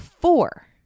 four